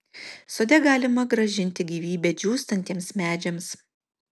sode galima grąžinti gyvybę džiūstantiems medžiams